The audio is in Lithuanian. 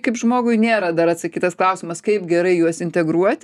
kaip žmogui nėra dar atsakytas klausimas kaip gerai juos integruoti